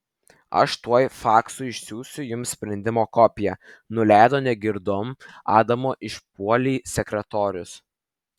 aš tuoj faksu išsiųsiu jums sprendimo kopiją nuleido negirdom adamo išpuolį sekretorius